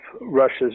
Russia's